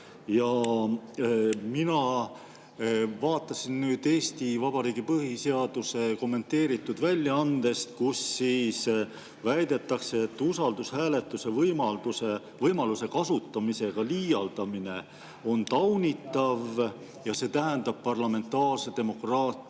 Mina vaatasin Eesti Vabariigi põhiseaduse kommenteeritud väljaannet, kus väidetakse, et usaldushääletuse võimaluse kasutamisega liialdamine on taunitav ja see tähendab parlamentaarse demokraatia